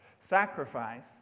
sacrifice